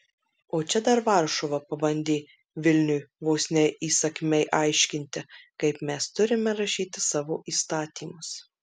o čia dar varšuva pabandė vilniui vos ne įsakmiai aiškinti kaip mes turime rašyti savo įstatymus